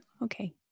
Okay